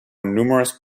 numerous